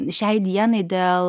šiai dienai dėl